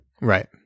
Right